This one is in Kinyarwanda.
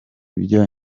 byo